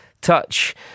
Touch